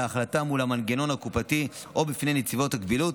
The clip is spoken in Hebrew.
ההחלטה מול המנגנון הקופתי או בפני נציבת הקבילות